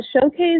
showcase